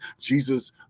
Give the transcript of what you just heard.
Jesus